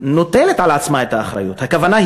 נוטלת על עצמה את האחריות, הכוונה,